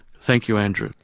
thank you, andrew